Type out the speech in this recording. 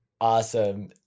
Awesome